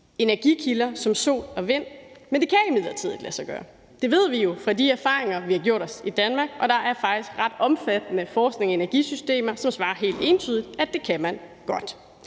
energikilder som sol og vind, men det kan imidlertid lade sig gøre. Det ved vi jo fra de erfaringer, vi har gjort os i Danmark, og der er faktisk ret omfattende forskning i energisystemer, der helt entydigt viser, at det kan man godt.